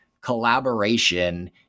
collaboration